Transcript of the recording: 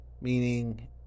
Meaning